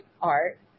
art